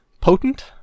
potent